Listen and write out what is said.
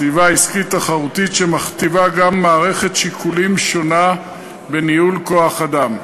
זו סביבה עסקית תחרותית שמכתיבה גם מערכת שיקולים שונה בניהול כוח-אדם.